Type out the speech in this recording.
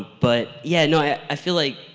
but yeah, no i i feel like